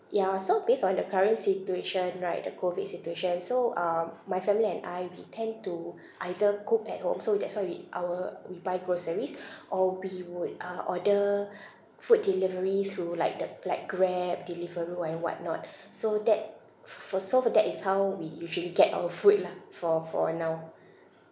ya so based on the current situation right the COVID situation so um my family and I we tend to either cook at home so that's why we our we buy groceries or we would uh order food delivery through like the plat grab delivery wha~ and whatnot so that f~ for so for that is how we usually get our food lah for for now